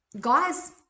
guys